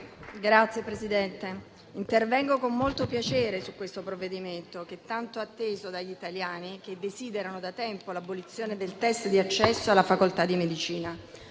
Signor Presidente, intervengo con molto piacere su questo provvedimento, tanto atteso dagli italiani che desiderano da tempo l'abolizione del test di accesso alla facoltà di medicina.